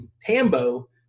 Tambo